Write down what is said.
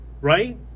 right